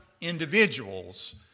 individuals